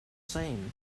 same